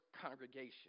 congregation